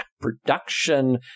production